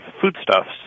foodstuffs